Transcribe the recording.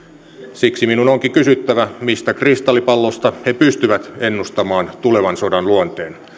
siksi minun onkin kysyttävä mistä kristallipallosta he pystyvät ennustamaan tulevan sodan luonteen